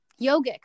yogic